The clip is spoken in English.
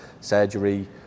surgery